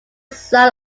son